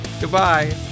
Goodbye